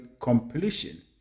completion